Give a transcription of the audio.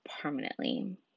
permanently